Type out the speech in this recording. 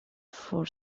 for